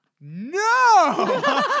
no